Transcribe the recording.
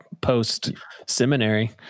post-seminary